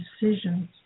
decisions